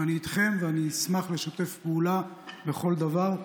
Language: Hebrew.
ואני איתכם, ואני אשמח לשתף פעולה בכל דבר.